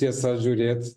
tiesa žiūrėt